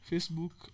Facebook